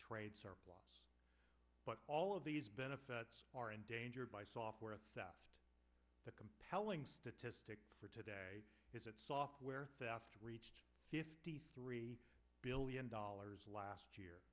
trade surplus but all of these benefits are endangered by software theft the compelling statistic for today is that software theft reached three billion dollars last year